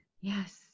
yes